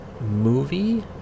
movie